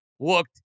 looked